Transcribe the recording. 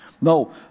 No